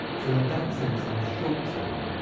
so in that sense, in the short term,